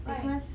why